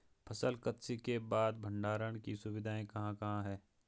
फसल कत्सी के बाद भंडारण की सुविधाएं कहाँ कहाँ हैं?